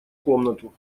комнату